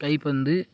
கைப்பந்து